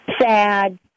sad